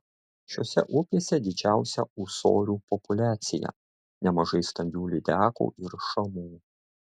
šiose upėse didžiausia ūsorių populiacija nemažai stambių lydekų ir šamų